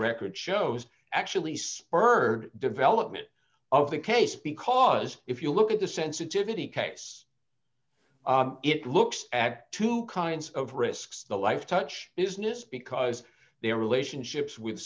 record shows actually spurred development of the case because if you look at the sensitivity case it looks at two kinds of risks the life touch is n'est because their relationships with